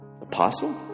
Apostle